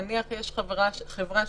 נניח יש חברה שקמה